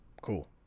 cool